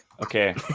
Okay